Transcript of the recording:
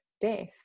death